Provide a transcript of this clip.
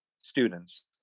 students